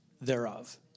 thereof